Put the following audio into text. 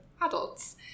adults